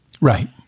Right